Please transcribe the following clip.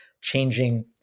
changing